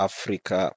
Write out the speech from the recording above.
Africa